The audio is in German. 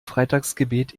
freitagsgebet